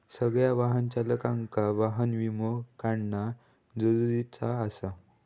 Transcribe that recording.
सगळ्या वाहन चालकांका वाहन विमो काढणा जरुरीचा आसा